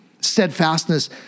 Steadfastness